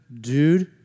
dude